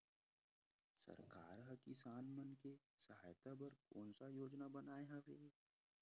सरकार हा किसान मन के सहायता बर कोन सा योजना बनाए हवाये?